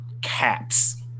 caps